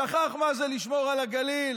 שכח מה זה לשמור על הגליל.